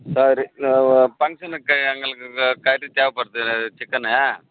சரி பங்க்ஷனுக்கு எங்களுக்கு இது கறி தேவைப்படுது நிறைய சிக்கன்னு